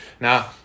Now